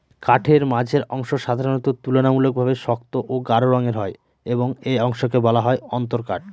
কাঠের মাঝের অংশ সাধারণত তুলনামূলকভাবে শক্ত ও গাঢ় রঙের হয় এবং এই অংশকে বলা হয় অন্তরকাঠ